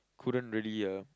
couldn't really uh